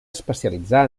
especialitzar